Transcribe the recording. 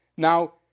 Now